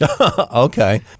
Okay